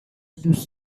دوست